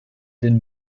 den